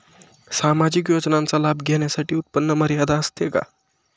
सामाजिक योजनांचा लाभ घेण्यासाठी उत्पन्न मर्यादा असते का?